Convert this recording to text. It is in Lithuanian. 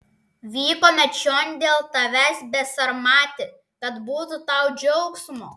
vykome čion dėl tavęs besarmati kad būtų tau džiaugsmo